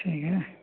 ठीक है